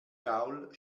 gaul